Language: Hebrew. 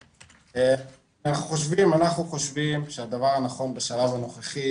התורים, אנחנו חושבים שהדבר הנכון בשלב הנוכחי